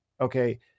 okay